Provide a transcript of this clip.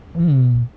mm